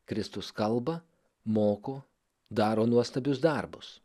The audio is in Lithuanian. kristus kalba moko daro nuostabius darbus